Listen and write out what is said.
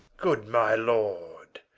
good my lord,